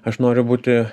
aš noriu būti